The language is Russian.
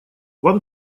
вам